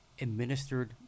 administered